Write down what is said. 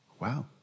Wow